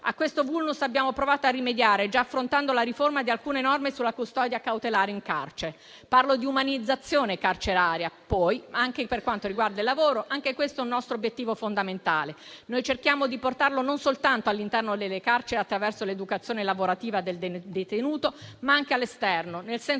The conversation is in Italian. A questo *vulnus* abbiamo provato a rimediare già affrontando la riforma di alcune norme sulla custodia cautelare in carcere. Parlo di umanizzazione carceraria. Per quanto riguarda il lavoro, anche questo è un nostro obiettivo fondamentale. Noi cerchiamo di portarlo non soltanto all'interno delle carceri, attraverso l'educazione lavorativa del detenuto, ma anche all'esterno, nel senso di